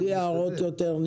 בלי הערות יותר.